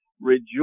rejoice